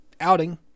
outing